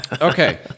Okay